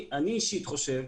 אני אישית חושב,